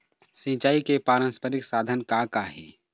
सिचाई के पारंपरिक साधन का का हे?